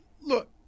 look